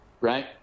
Right